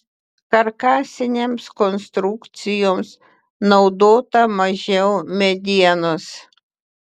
karkasinėms konstrukcijoms naudota mažiau medienos